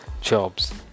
jobs